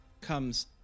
comes